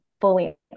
fully